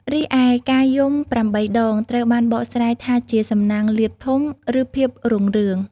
រីឯការយំប្រាំបីដង ត្រូវបានបកស្រាយថាជាសំណាងលាភធំ ឬភាពរុងរឿង។